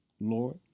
Lord